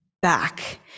back